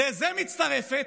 לזה מצטרפת